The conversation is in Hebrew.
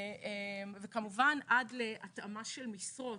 כמובן עד להתאמה של משרות.